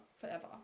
forever